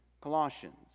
Colossians